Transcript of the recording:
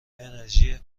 انرژی